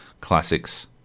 classics